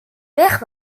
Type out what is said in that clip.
weg